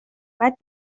باید